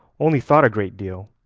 only thought a great deal,